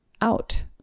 out